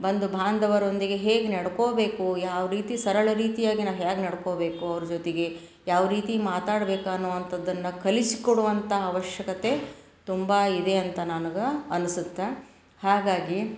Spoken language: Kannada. ಬಂಧು ಬಾಂಧವರೊಂದಿಗೆ ಹೇಗೆ ನೆಡ್ಕೋಬೇಕು ಯಾವ ರೀತಿ ಸರಳ ರೀತಿಯಾಗಿ ನಾವು ಹೇಗ್ ನೆಡ್ಕೋಬೇಕು ಅವ್ರ ಜೊತೆಗೆ ಯಾವ ರೀತಿ ಮಾತಾಡ್ಬೇಕು ಅನ್ನುವಂಥದ್ದನ್ನು ಕಲಿಸಿಕೊಡುವಂಥ ಅವಶ್ಯಕತೆ ತುಂಬ ಇದೆ ಅಂತ ನನಗೆ ಅನ್ಸುತ್ತೆ ಹಾಗಾಗಿ